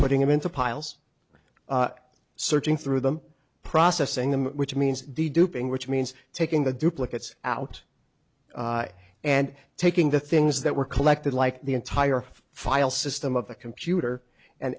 putting them into piles searching through them processing them which means the duping which means taking the duplicate out and taking the things that were collected like the entire file system of the computer and